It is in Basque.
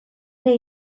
ere